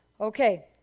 okay